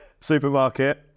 Supermarket